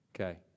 Okay